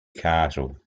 castle